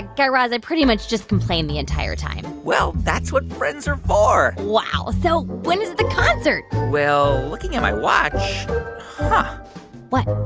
guy raz, i pretty much just complained the entire time well, that's what friends are for wow. so when is the concert? well, looking at my watch huh what?